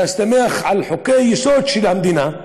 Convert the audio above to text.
בהסתמך על חוקי-היסוד של המדינה,